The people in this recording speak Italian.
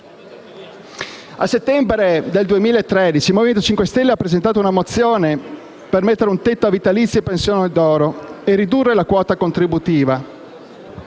A settembre del 2013 il Movimento 5 Stelle ha presentato una mozione per mettere un tetto ai vitalizi e alle pensioni d'oro e ricalcolare la quota contributiva.